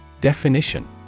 Definition